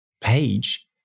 page